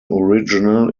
original